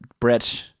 Brett